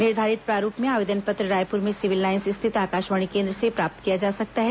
निर्धारित प्रारूप में आवेदन पत्र रायपुर में सिविल लाईन्स स्थित आकाशवाणी केन्द्र से प्राप्त किया जा सकता है